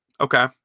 Okay